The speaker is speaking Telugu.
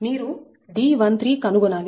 మీరు D13 కనుగొనాలి